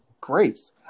grace